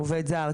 עובד זר,